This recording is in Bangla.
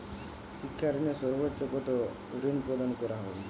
শিক্ষা ঋণে সর্বোচ্চ কতো ঋণ প্রদান করা হয়?